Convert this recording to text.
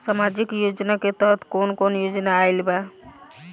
सामाजिक योजना के तहत कवन कवन योजना आइल बा?